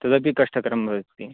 तदपि कष्टकरं भवति